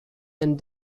and